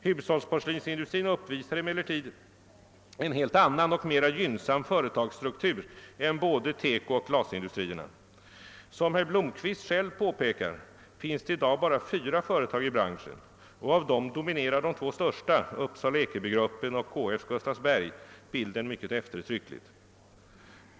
Hushållsporslinsindustrin uppvisar emellertid en helt annan och mera synnsam = företagsstruktur än både TEKO och glasindustrierna. Som herr Blomkvist själv påpekar finns det i dag bara fyra företag i branschen, och av dem dominerar de två största — Uppsala-Ekeby-gruppen och KF:s Gustavsberg — bilden mycket eftertryckligt.